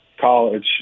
college